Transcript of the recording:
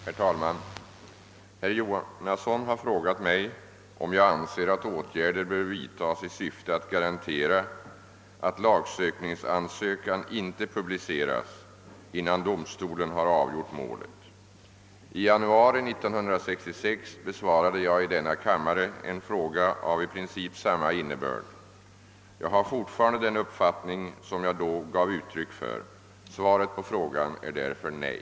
Herr talman! Herr Jonasson har frågat mig, om jag anser att åtgärder bör vidtas i syfte att garantera att lagsökningsansökan inte publiceras innan domstolen har avgjort målet. I januari 1966 besvarade jag i denna kammare en fråga av i princip samma innebörd. Jag har fortfarande den uppfattning som jag då gav uttryck för. Svaret på frågan är därför nej.